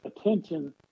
attention